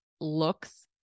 looks